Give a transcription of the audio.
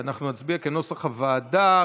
אנחנו נצביע כנוסח הוועדה,